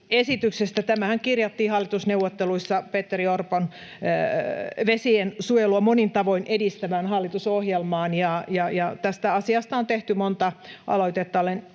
Tämähän kirjattiin hallitusneuvotteluissa Petteri Orpon vesiensuojelua monin tavoin edistävään hallitusohjelmaan, ja tästä asiasta on tehty monta aloitetta.